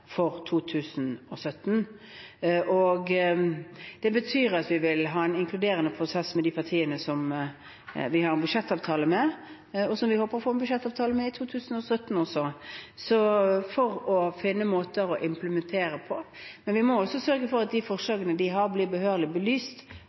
for 2017. Det betyr at vi vil ha en inkluderende prosess med de partiene som vi har en budsjettavtale med, og som vi håper å få en budsjettavtale med i 2017 også, for å finne måter å implementere på. Men vi må også sørge for at de forslagene de har, blir behørig belyst